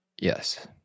Yes